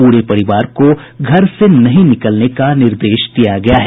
पूरे परिवार को घर से नहीं निकलने का निर्देश दिया गया है